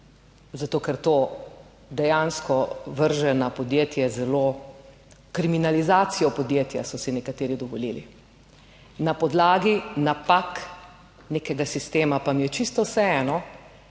Zato, ker to dejansko vrže na podjetje zelo, kriminalizacijo podjetja so si nekateri dovolili, na podlagi napak nekega sistema, pa mi je čisto vseeno,